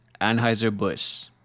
Anheuser-Busch